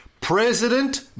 President